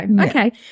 Okay